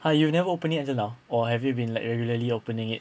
!huh! you never open it until now or have you been like regularly opening it